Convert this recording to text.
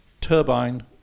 turbine